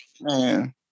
man